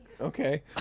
Okay